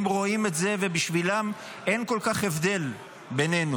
הם רואים את זה ובשבילם אין כל כך הבדל בינינו.